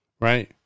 Right